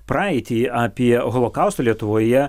praeitį apie holokaustą lietuvoje